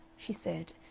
she said,